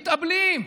ומתאבלים.